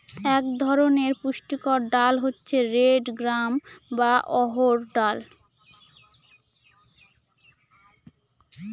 এক ধরনের পুষ্টিকর ডাল হচ্ছে রেড গ্রাম বা অড়হর ডাল